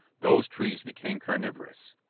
those trees became carniverous.